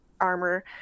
armor